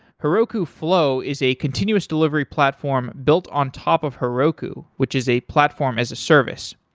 heroku flow is a continuous delivery platform built on top of heroku, which is a platform as a service.